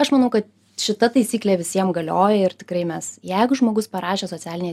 aš manau kad šita taisyklė visiem galioja ir tikrai mes jeigu žmogus parašė socialinėj